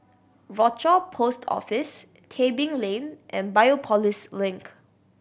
Rochor Post Office Tebing Lane and Biopolis Link